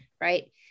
right